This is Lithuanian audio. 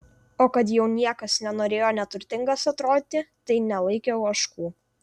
o kad jau niekas nenorėjo neturtingas atrodyti tai nelaikė ožkų